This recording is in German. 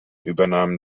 übernahmen